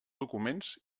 documents